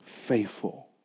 faithful